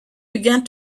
began